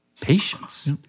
patience